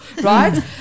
right